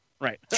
Right